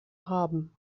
haben